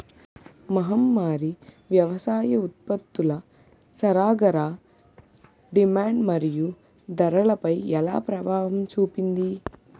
మహమ్మారి వ్యవసాయ ఉత్పత్తుల సరఫరా డిమాండ్ మరియు ధరలపై ఎలా ప్రభావం చూపింది?